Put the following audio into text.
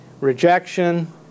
rejection